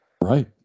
Right